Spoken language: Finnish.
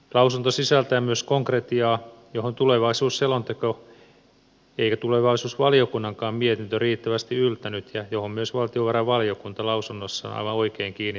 lausunto sisältää myös konkretiaa johon ei tulevaisuusselonteko eikä tulevaisuusvaliokunnan mietintökään riittävästi yltänyt mihin myös valtiovarainvaliokunta lausunnossaan aivan oikein kiinnitti huomiota